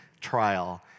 trial